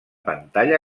pantalla